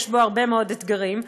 יש בו הרבה מאוד אתגרים.